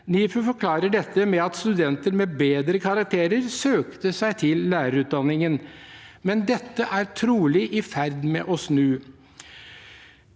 NIFU forklarer dette med at studenter med bedre karakterer søkte seg til lærerutdanningen. Dette er trolig i ferd med å snu.